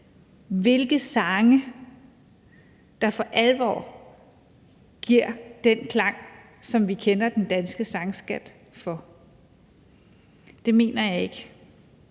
hvilke sange der for alvor giver den klang, som vi kender den danske sangskat for? Det mener jeg ikke.